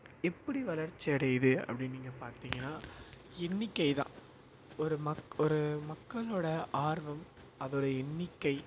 எப்படி வளர்ச்சி அடையுது அப்படி நீங்கள் பார்த்தீங்கன்னா எண்ணிக்கை தான் ஒரு மக் ஒரு மக்களோட ஆர்வம் அதுடைய எண்ணிக்கை